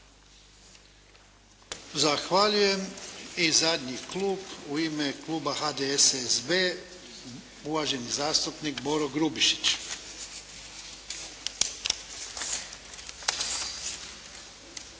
Zahvaljujem. I zadnji klub, u ime kluba HDSSB uvaženi zastupnik Boro Grubišić.